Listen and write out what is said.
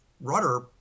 rudder